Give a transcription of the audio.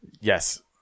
Yes